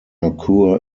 occur